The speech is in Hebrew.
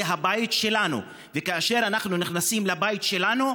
זה הבית שלנו, וכאשר אנחנו נכנסים לבית שלנו,